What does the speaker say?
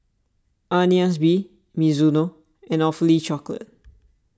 Agnes B Mizuno and Awfully Chocolate